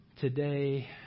today